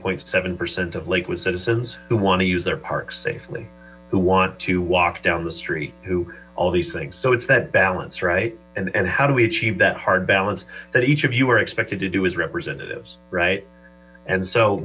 point seven percent of lakewood citizens who want to use their park safely who want to walk down the street who all these things so it's that balance right and how do we achieve that hard balance that each of you are expected to do as representatives right and so